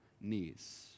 knees